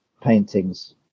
paintings